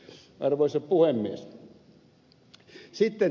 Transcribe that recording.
arvoisa puhemies